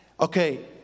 Okay